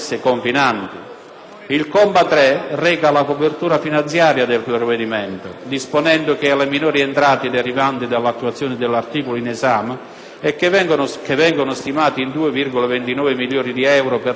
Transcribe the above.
Il comma 3 reca la copertura finanziaria del provvedimento, disponendo che alle minori entrate derivanti dall'attuazione dell'articolo in esame, che vengono stimate in 2,29 milioni di euro per l'anno 2009